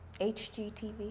HGTV